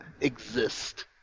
exist